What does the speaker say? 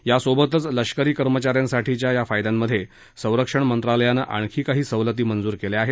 यासोबतच लष्करी कर्मचा यांसाठीच्या या फायद्यांमध्ये संरक्षण मंत्रालयानं आणखी काही सवलती मंजूर केल्या आहेत